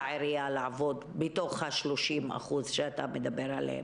לעבודה בעירייה מתוך ה-30% שאתה מדבר עליהם.